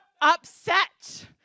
upset